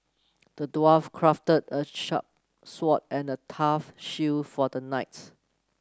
the dwarf crafted a sharp sword and tough shield for the knight